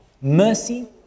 mercy